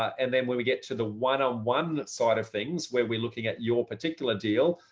and then when we get to the one on one side of things where we're looking at your particular deal,